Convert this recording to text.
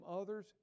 others